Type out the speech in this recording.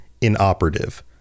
inoperative